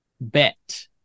Bet